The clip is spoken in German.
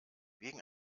wegen